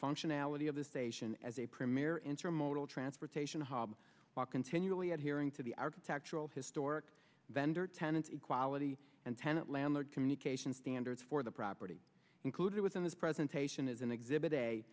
functionality of the station as a premier intermodal transportation hub while continually adhering to the architectural historic vendor tenants a quality and tenant landlord communications standards for the property included within this presentation is an exhibit a